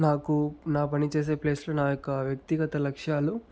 నాకు నా పని చేసే ప్లేస్లో నా యొక్క వ్యక్తిగత లక్ష్యాలు